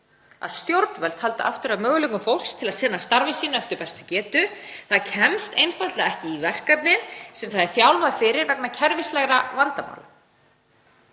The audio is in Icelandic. að stjórnvöld halda aftur af möguleikum fólks til að sinna starfi sínu eftir bestu getu. Það kemst einfaldlega ekki í verkefnið sem það er þjálfað fyrir vegna kerfislægra vandamála.